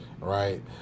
right